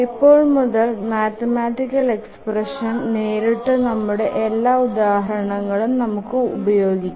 ഇപ്പോൾ മുതൽ mathematical expression നേരിട്ടു നമ്മുടെ എല്ലാ ഉദാഹരണങ്ങളും നമുക്ക് ഉപയോഗിക്കാം